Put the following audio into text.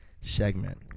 segment